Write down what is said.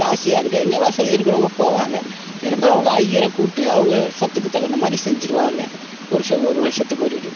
காசி அங்கே இங்கே வசதி இருக்கிறவங்க போவாங்க இருக்கிறவங்க ஐயரை கூப்பிட்டு அவங்க சத்துக்குத் தகுந்த மாதிரி செஞ்சுருவாங்க ஒருச ஒரு வருஷத்துக்கு ஒரு இது